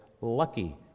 lucky